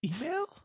Email